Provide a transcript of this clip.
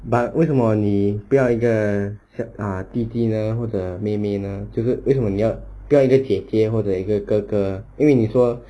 but 为什么你不要一个小 err 弟弟呢或者妹妹呢就是为什么你要不要一个姐姐或者一个哥哥因为你说